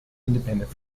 independent